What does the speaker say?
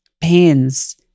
pains